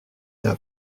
t’a